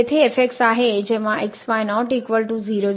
तर येथे आहे जेव्हा x y ≠ 0 0